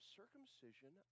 circumcision